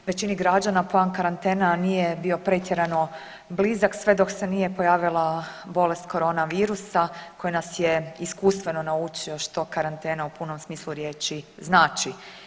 Većini građana plan karantena nije bio pretjerano blizak sve dok se nije pojavila bolest koronavirusa koja nas je iskustveno naučio što karantena u punom smislu riječi znači.